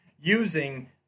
using